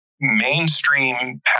mainstream